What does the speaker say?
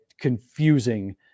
confusing